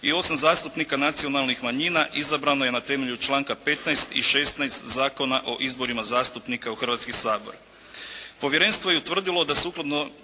i 8 zastupnika nacionalnih manjina izabrano je na temelju članka 15. i 16. Zakona o izborima zastupnika u Hrvatski sabor.